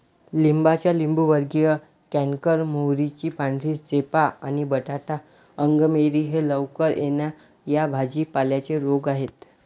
लिंबाचा लिंबूवर्गीय कॅन्कर, मोहरीची पांढरी चेपा आणि बटाटा अंगमेरी हे लवकर येणा या भाजी पाल्यांचे रोग आहेत